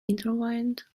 intertwined